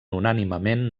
unànimement